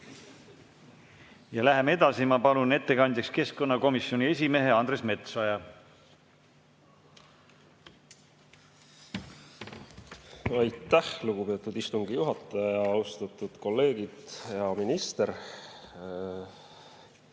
Läheme edasi. Ma palun ettekandjaks keskkonnakomisjoni esimehe Andres Metsoja. Aitäh, lugupeetud istungi juhataja! Austatud kolleegid! Hea minister!